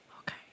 Okay